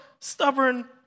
stubborn